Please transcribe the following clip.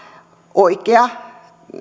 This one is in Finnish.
oikea